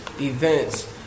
events